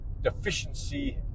deficiency